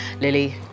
Lily